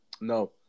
No